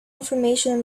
information